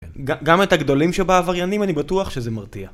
ג.. גם את הגדולים שבעבריינים אני בטוח שזה מרתיע